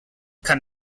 kann